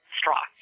straw